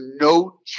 no